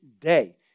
day